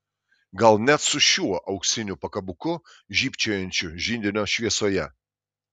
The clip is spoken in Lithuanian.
gal net su šiuo auksiniu pakabuku žybčiojančiu židinio šviesoje